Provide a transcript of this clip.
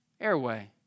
airway